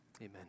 Amen